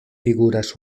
figuras